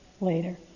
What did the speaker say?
later